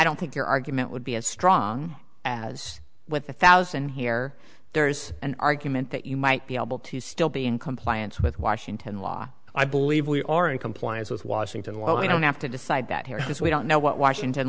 don't think your argument would be as strong as with the thousand here there's an argument that you might be able to still be in compliance with washington law i believe we are in compliance with washington law i don't have to decide that here as we don't know what washington